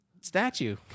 statue